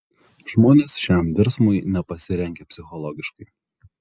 žmonės šiam virsmui nepasirengę psichologiškai